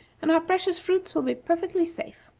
and our precious fruit will be perfectly safe.